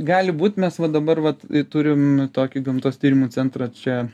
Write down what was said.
gali būt mes va dabar vat turim tokį gamtos tyrimų centrą čia